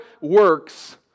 works